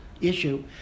issue